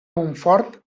montfort